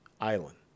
Island